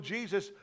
Jesus